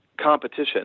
competition